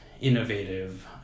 innovative